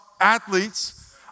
athletes